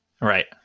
Right